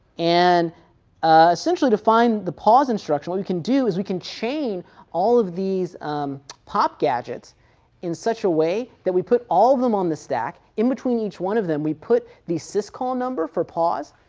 and ah essentially, to find the pause instruction what we can do is, we can chain all of these pop gadgets in such a way, that we put all of them on the stack, in between each one of them we put the syscall number for pause,